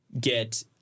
get